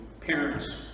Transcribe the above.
parents